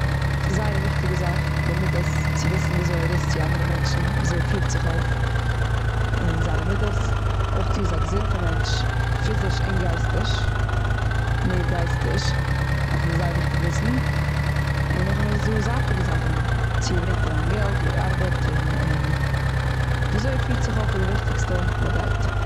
ס'איז זייער וויכטיג צו וויסן די מידות, צו וויסן וויאזוי ער איז צו אנדערע מענטשן. וויאזוי ער פירט זיך אויף, און זיינע מידות. אויך צו ער איז א געזונטע מענטש, פיזיש און גייסטיש. מער גייסטיש דארף מען זייער וויכטיג וויסן. און נאך דעם איז דא זייטיגע זאכן. צו ער ברענגט אריין געלט, צו ער ארבעט, און, און, וויאזוי ער פירט זיך אויף איז די וויכטיגסטע באדייט.